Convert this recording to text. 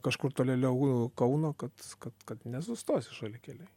kažkur tolėliau kauno kad kad kad nesustosi šalikelėj